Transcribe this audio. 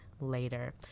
later